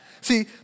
See